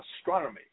astronomy